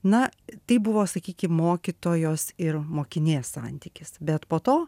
na tai buvo sakykim mokytojos ir mokinės santykis bet po to